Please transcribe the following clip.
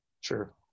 Sure